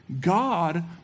God